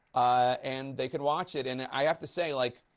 and they could watch it, and i have to say, like,